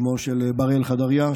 אימו של בראל חדריה,